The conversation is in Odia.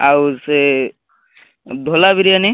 ଆଉ ସେ ଢୋଲା ବିରିୟାନୀ